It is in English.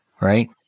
right